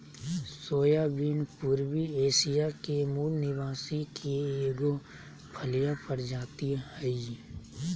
soybean पूर्वी Asia के मूल निवासी के एगो फलिय प्रजाति हइ